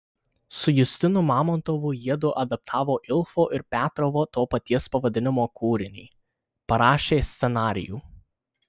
su justinu mamontovu jiedu adaptavo ilfo ir petrovo to paties pavadinimo kūrinį parašė scenarijų